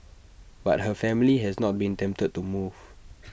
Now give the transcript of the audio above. but her family has not been tempted to move